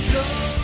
Joe